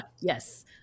Yes